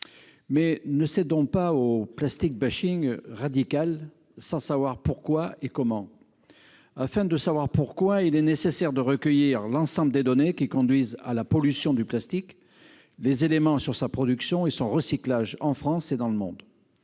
mais ne cédons pas au plastique bashing, radical, sans savoir pourquoi et comment afin de savoir pourquoi il est nécessaire de recueillir l'ensemble des données qui conduisent à la pollution du plastique, des éléments sur sa production et son recyclage en France et dans le monde